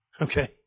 Okay